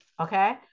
okay